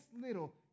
little